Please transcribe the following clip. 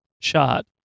shot